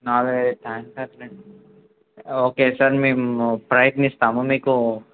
నాలుగైదు టాంకర్లు అంటే ఓకే సార్ మేము ప్రయత్నిస్తాము మీకు